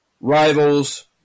rivals